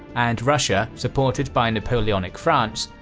and russia, supported by napoleonic france,